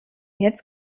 jetzt